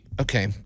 okay